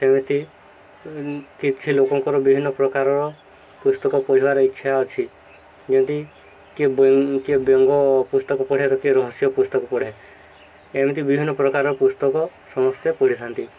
ସେମିତି କିଛି ଲୋକଙ୍କର ବିଭିନ୍ନ ପ୍ରକାରର ପୁସ୍ତକ ପଢ଼ିବାର ଇଚ୍ଛା ଅଛି ଯେମିତି କିଏ କିଏ ବ୍ୟଙ୍ଗ ପୁସ୍ତକ ପଢ଼େ ତ କିଏ ରହସ୍ୟ ପୁସ୍ତକ ପଢ଼େ ଏମିତି ବିଭିନ୍ନ ପ୍ରକାର ପୁସ୍ତକ ସମସ୍ତେ ପଢ଼ିଥାନ୍ତି